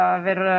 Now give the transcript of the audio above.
aver